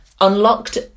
unlocked